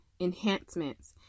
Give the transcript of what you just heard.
enhancements